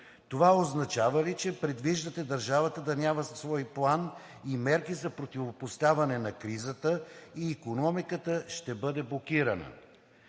Това означава ли, че предвиждате държавата да няма свой план и мерки за противопоставяне на кризата и икономиката ще бъде блокирана?